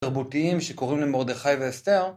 תרבותיים שקוראים למרדכי ואסתר